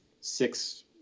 six